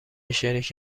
شریک